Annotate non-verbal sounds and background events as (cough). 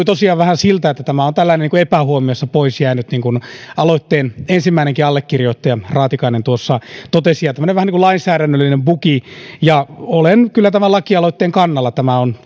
(unintelligible) tosiaan vähän siltä että tämä on tällainen epähuomiossa pois jäänyt niin kuin aloitteen ensimmäinenkin allekirjoittaja raatikainen tuossa totesi vähän niin kuin lainsäädännöllinen bugi olen kyllä tämän lakialoitteen kannalla tämä on